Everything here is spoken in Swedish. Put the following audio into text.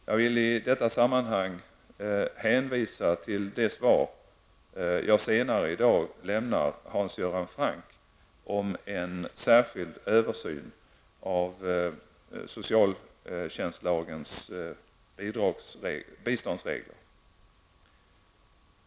Jag vill i detta sammanhang hänvisa till det svar jag senare i dag kommer att lämna Hans Göran Franck om en särskild översyn av socialtjänstlagens biståndsregler.